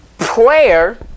Prayer